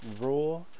Raw